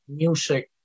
music